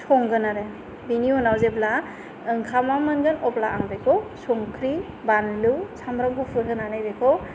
संगोन आरो बेनि उनाव जेब्ला ओंखामा मोनगोन अब्ला आं बेखौ संख्रि बानलु सामब्राम गुफुर होनानै बेखौ